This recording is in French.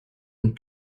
une